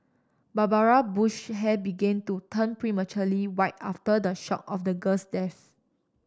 Barbara Bush hair began to turn prematurely white after the shock of the girl's death